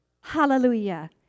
Hallelujah